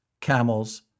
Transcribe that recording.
camels